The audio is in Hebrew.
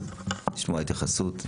לשמוע התייחסות.